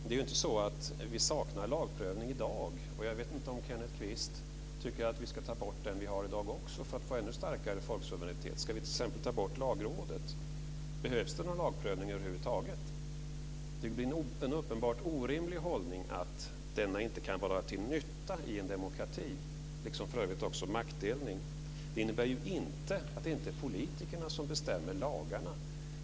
Det är inte så att vi saknar lagprövning i dag. Jag vet inte om Kenneth Kvist tycker att vi ska ta bort också den vi har i dag för att få ännu starkare folksuveränitet. Ska vi t.ex. ta bort Lagrådet? Behövs det någon lagprövning över huvud taget? Det är en uppenbart orimlig hållning att denna inte kan vara till nytta i en demokrati, liksom för övrigt också maktdelning. Det innebär inte att det inte är politikerna som bestämmer lagarna.